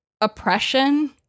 oppression